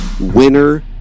winner